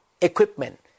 equipment